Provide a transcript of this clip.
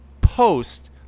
post